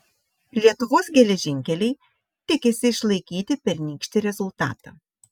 lietuvos geležinkeliai tikisi išlaikyti pernykštį rezultatą